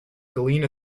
gallina